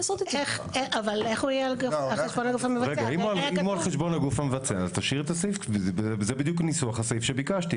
אם זה על חשבון הגוף המבצע אז זה בדיוק הניסוח שביקשתי.